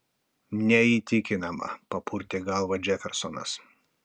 neįtikinama papurtė galvą džefersonas